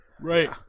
right